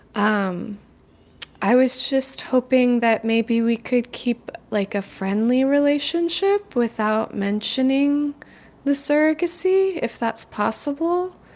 um i was just hoping that maybe we could keep, like, a friendly relationship without mentioning the surrogacy, if that's possible.